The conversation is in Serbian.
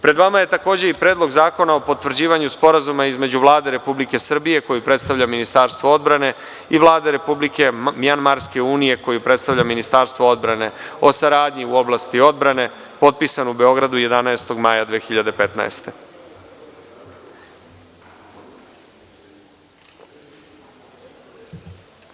Pred vama je takođe Predlog zakona o potvrđivanju Sporazuma između Vlade Republike Srbije koju predstavlja Ministarstvo odbrane i Vlade Republike Mjanmarske unije koju predstavlja Ministarstvo odbrane, o saradnji u oblasti odbrane, potpisan u Beogradu 11. maja 2015. godine.